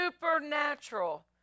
Supernatural